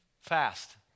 fast